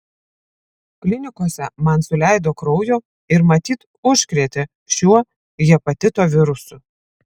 klinikose man suleido kraujo ir matyt užkrėtė šiuo hepatito virusu